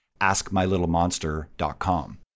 AskMyLittleMonster.com